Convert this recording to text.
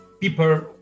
people